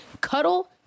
cuddle